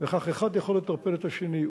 וכך יכול אחד לטרפד את השני.